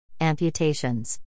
Amputations